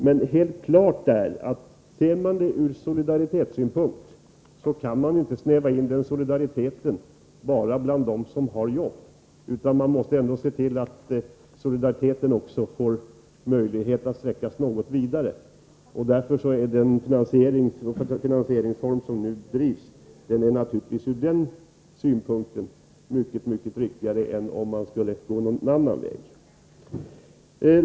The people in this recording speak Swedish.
Men helt klart är att man inte kan snäva in solidariteten bara bland dem som har jobb. Man måste ändå se till att solidariteten får möjlighet att sträcka sig något vidare. Från den synpunkten är den finansieringsform som nu föreslås mycket riktigare än om man skulle gå någon annan väg.